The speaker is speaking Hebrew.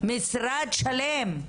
במשרד שלם.